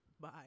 Bye